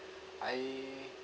I